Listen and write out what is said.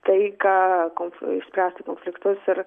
taiką konf išspręsti konfliktus ir